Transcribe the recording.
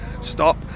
stop